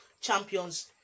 Champions